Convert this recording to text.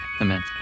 amen